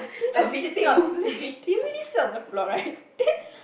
they're just sitting on they really sit on the floor [right]